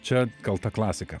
čia kalta klasika